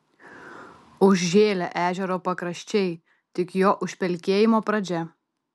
užžėlę ežero pakraščiai tik jo užpelkėjimo pradžia